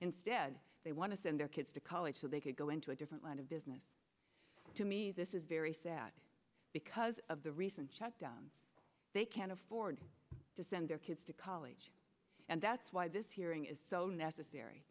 instead they want to send their kids to college so they could go into a different line of business to me this is very sad because of the recent shutdown they can't afford to send their kids to college and that's why this hearing is so necessary